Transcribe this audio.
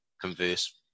converse